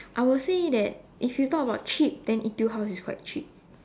I will say that if you talk about cheap then Etude house is quite cheap